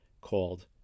called